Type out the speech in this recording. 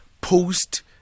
post